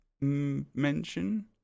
mention